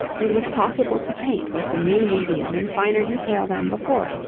it was possible to paint with the new medium in finer detail than before,